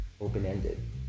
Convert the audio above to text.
open-ended